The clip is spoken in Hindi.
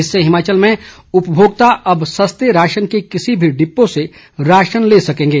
इससे हिमाचल में उपभोक्ता अब सस्ते राशन के किसी भी डिपो से राशन ले सकेंगे